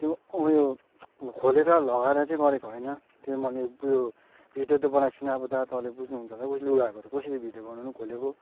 त्यो उयो खोलेर लगाएर चाहिँ गरेको होइन त्यो मैले उयो भिडियो त बनाएको छुइनँ अब दा तपाईँले बुझ्नु हुन्छ होला उएस लुगाहरूको चाहिँ कसरी भिडियो बनाउनु खोलेको